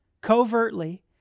covertly